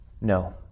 No